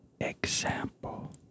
example